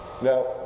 Now